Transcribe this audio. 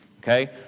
okay